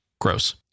Gross